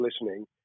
listening